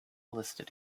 listed